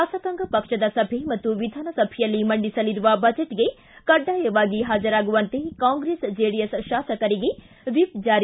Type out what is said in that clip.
ಶಾಸಕಾಂಗ ಪಕ್ಷದ ಸಭೆ ಹಾಗೂ ವಿಧಾನಸಭೆಯಲ್ಲಿ ಮಂಡಿಸಲಿರುವ ಬಜೆಟ್ಗೆ ಕಡ್ಡಾಯವಾಗಿ ಹಾಜರಾಗುವಂತೆ ಕಾಂಗ್ರೆಸ್ ಜೆಡಿಎಸ್ ಶಾಸಕರಿಗೆ ವಿಪ್ ಜಾರಿ